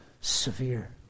severe